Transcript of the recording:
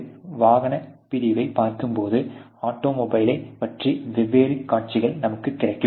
ஒரு வாகனப் பிரிவைப் பார்க்கும்போது ஆட்டோமொபைலைப் பற்றிய வெவ்வேறு காட்சிகள் நமக்குக் கிடைக்கும்